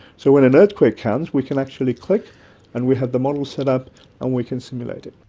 so when an earthquake comes we can actually click and we have the model set up and we can simulate it.